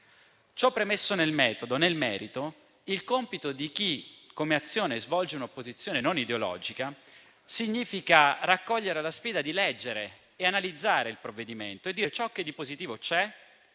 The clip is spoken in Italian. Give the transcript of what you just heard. Ciò premesso nel metodo, nel merito il compito di chi, come Azione, svolge un'opposizione non ideologica è raccogliere la sfida di leggere e analizzare il provvedimento e dire ciò che di positivo e